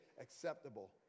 acceptable